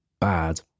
bad